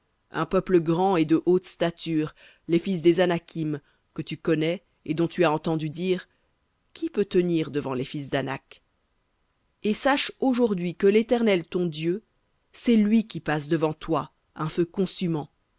un peuple grand et de haute stature les fils des anakim que tu connais et dont tu as entendu dire qui peut tenir devant les fils danak et sache aujourd'hui que l'éternel ton dieu c'est lui qui passe devant toi un feu consumant